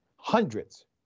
Hundreds